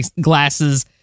glasses